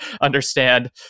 understand